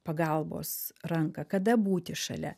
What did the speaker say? pagalbos ranką kada būti šalia